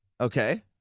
Okay